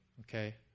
okay